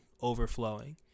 overflowing